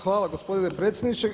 Hvala gospodine predsjedniče.